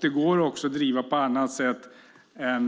Det går att driva den också på andra sätt och